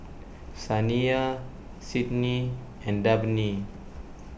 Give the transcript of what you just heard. Saniyah Sydni and Dabney